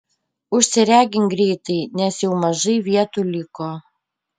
užsiregink greitai nes jau mažai vietų liko